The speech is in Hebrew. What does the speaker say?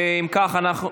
ואם כך אנחנו,